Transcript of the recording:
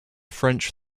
french